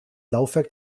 laufwerk